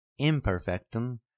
imperfectum